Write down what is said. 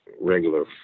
regular